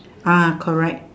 ah correct